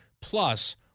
plus